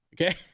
Okay